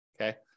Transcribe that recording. okay